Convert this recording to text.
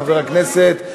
חבר הכנסת,